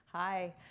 Hi